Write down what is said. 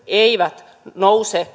eivät nouse